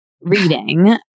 reading